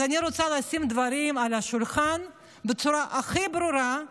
אז אני רוצה לשים דברים על השולחן בצורה הכי ברורה,